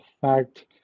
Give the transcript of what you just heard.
fact